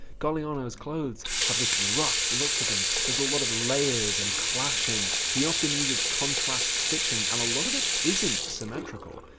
galliano's clothes have this rough look to them, there's a lot of layers and clashing. he often uses contrast stitching and a lot of it isn't symmetrical!